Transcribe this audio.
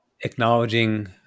acknowledging